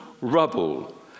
rubble